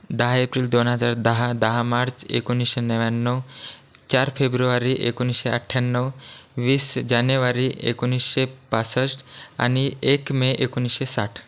दहा एप्रिल दोन हजार दहा दहा मार्च एकोणीसशे नव्याण्णव चार फेब्रुवारी एकोणीसशे अठ्ठ्याणव वीस जानेवारी एकोणीसशे पासष्ट आणि एक मे एकोणीसशे साठ